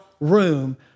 room